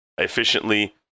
efficiently